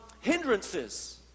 hindrances